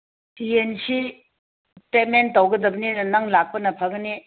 ꯌꯦꯟꯁꯤ ꯄꯦꯃꯦꯟ ꯇꯧꯒꯗꯕꯅꯤꯅ ꯅꯪ ꯂꯥꯛꯄꯅ ꯐꯒꯅꯤ